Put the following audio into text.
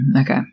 Okay